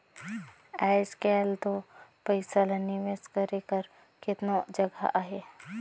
आएज काएल दो पइसा ल निवेस करे कर केतनो जगहा अहे